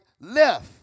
left